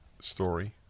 story